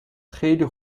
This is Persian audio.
خیلی